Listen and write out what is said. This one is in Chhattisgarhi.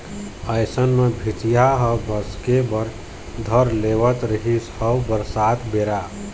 अइसन म भीतिया ह भसके बर धर लेवत रिहिस हवय बरसात बेरा